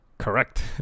Correct